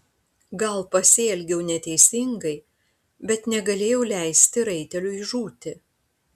gal pasielgiau neteisingai bet negalėjau leisti raiteliui žūti